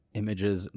images